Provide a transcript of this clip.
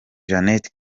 jeannette